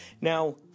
now